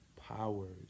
powers